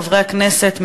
חברי הכנסת,